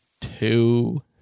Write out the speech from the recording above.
two